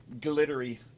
Glittery